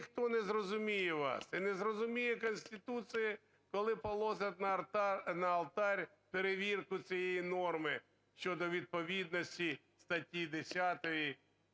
ніхто не зрозуміє вас, і не зрозуміє Конституція, коли положать на алтарь перевірку цієї норми щодо відповідності статті 10